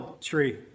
tree